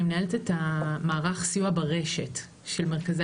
אני מנהלת את מערך הסיוע ברשת של מרכזי